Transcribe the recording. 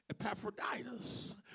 Epaphroditus